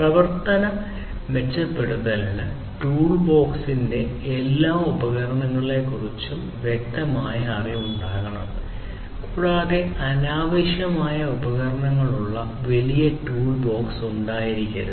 പ്രവർത്തന മെച്ചപ്പെടുത്തലിന് എല്ലാ ഉപകരണങ്ങളെക്കുറിച്ചും വ്യക്തമായ അറിവ് ഉണ്ടായിരിക്കണം കൂടാതെ അനാവശ്യമായ ഉപകരണങ്ങളുള്ള വലിയ ടൂൾബോക്സ് ഉണ്ടായിരിക്കരുത്